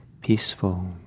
peaceful